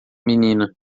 menina